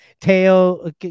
Tail